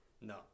No